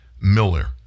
Miller